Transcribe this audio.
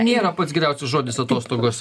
nėra pats geriausias žodis atostogos